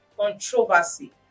controversy